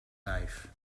life